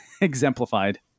exemplified